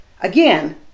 Again